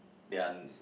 they are